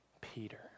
Peter